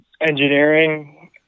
engineering